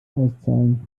auszahlen